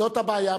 זאת הבעיה.